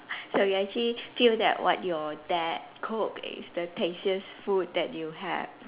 so you actually feel that what your dad cook is the tastiest food that you have